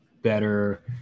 better